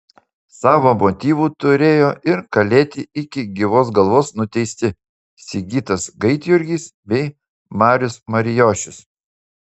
savo motyvų turėjo ir kalėti iki gyvos galvos nuteisti sigitas gaidjurgis bei marius marijošius